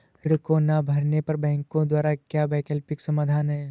ऋण को ना भरने पर बैंकों द्वारा क्या वैकल्पिक समाधान हैं?